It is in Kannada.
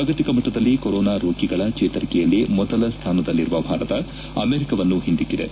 ಜಾಗತಿಕ ಮಟ್ಟದಲ್ಲಿ ಕೊರೋನಾ ರೋಗಿಗಳ ಚೇತರಿಕೆಯಲ್ಲಿ ಮೊದಲ ಸ್ವಾನದಲ್ಲಿರುವ ಭಾರತ ಅಮೆರಿಕವನ್ನು ಹಿಂದಿಕ್ಕಿದೆ